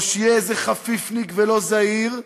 או שיהיה חפיפניק ולא זהיר.